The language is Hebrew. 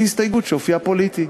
היא הסתייגות שאופייה פוליטי.